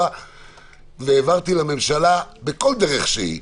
הבהרתי לממשלה בכל דרך שהיא,